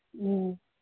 ꯎꯝ